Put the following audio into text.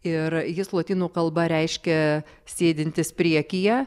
ir jis lotynų kalba reiškia sėdintis priekyje